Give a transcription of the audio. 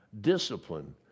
discipline